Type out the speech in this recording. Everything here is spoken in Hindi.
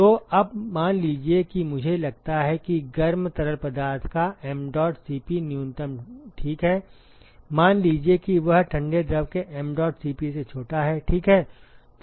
तो अब मान लीजिए कि मुझे लगता है कि गर्म तरल पदार्थ का mdot Cp न्यूनतम ठीक है मान लीजिए कि वह ठंडे द्रव के mdot Cp से छोटा है ठीक है